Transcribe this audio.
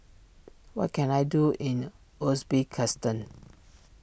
what can I do in Uzbekistan